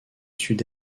sud